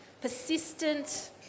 persistent